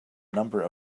number